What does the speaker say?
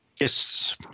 Yes